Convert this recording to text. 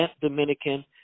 Dominican